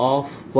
r r